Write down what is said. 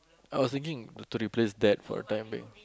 I was thinking to to replace that for a time being